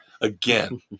again